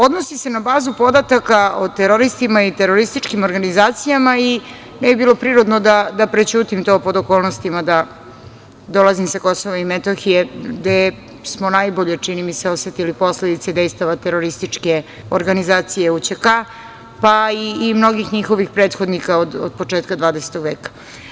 Odnosi se na bazu podataka o teroristima i terorističkim organizacijama i ne bi bilo prirodno da prećutim to pod okolnostima da dolazim sa KiM gde smo najbolje, čini mi se, osetili posledice dejstava terorističke organizacije UČK, pa i mnogih njihovih prethodnika od početka 20. veka.